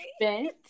spent